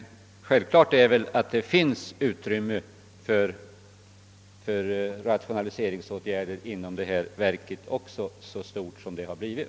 Men självklart är att det finns utrymme för rationaliseringsåtgärder också inom arbetsmarknadsverket, så stort som det har blivit.